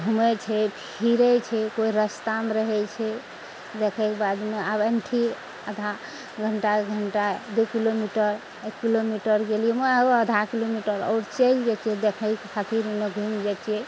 घुमय छै फिरय छै कोइ रास्तामे रहय छै देखयके बादमे आब अनठी आधा घण्टा एक घण्टा दू किलोमीटर एक किलोमीटर गेलियइ आधा किलोमीटर आओर चलि जाइ छियै देखयके खातिर ओन्ने घुमि जाइ छियै